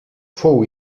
fou